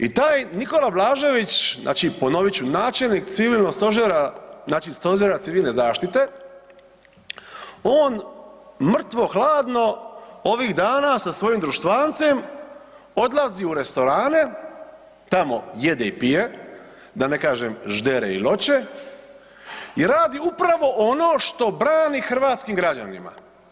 I taj Nikola Blažević, znači ponovit ću, načelnik civilnog stožera, znači stožera civilne zaštite, on mrtvo hladno ovih dana sa svojim društvancem odlazi u restorane, tamo jede i pije, da ne kažem ždere i loče i radi upravo ono što brani hrvatskim građanima.